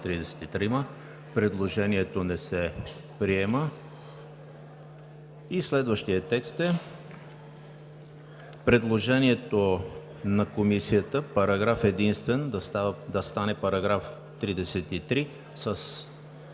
Предложението се приема.